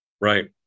Right